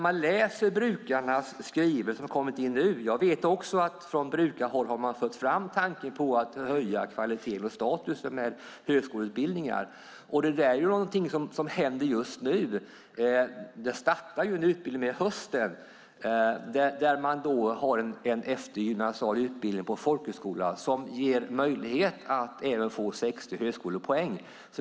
Jag vet också att man från brukarhåll har fört fram tanken på att höja kvaliteten och statusen med högskoleutbildningar. Det är någonting som händer just nu. I höst startar en eftergymnasial utbildning på folkhögskola som ger möjlighet att ta 60 högskolepoäng.